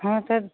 हँ सब